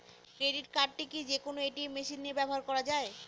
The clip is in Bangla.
ক্রেডিট কার্ড কি যে কোনো এ.টি.এম মেশিনে ব্যবহার করা য়ায়?